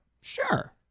Sure